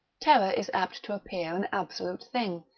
terror is apt to appear an absolute thing,